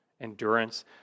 endurance